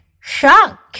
Shark